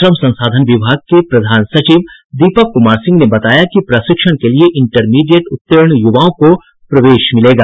श्रम संसाधन विभाग के प्रधान सचिव दीपक कुमार सिंह ने बताया कि प्रशिक्षण के लिये इंटरमीडिएट उत्तीर्ण युवाओं को प्रवेश मिलेगा